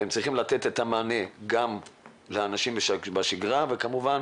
והם צריכים לתת מענה גם לאנשים בשגרה וכמובן